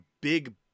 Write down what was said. big